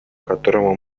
которому